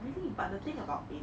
really but the thing about in